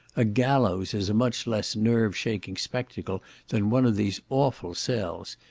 a gallows is a much less nerve-shaking spectacle than one of these awful cells,